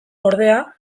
ordea